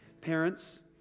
Parents